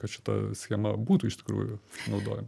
kad šita schema būtų iš tikrųjų naudojama